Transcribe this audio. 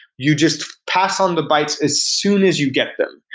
you just pass on the bytes as soon as you get them.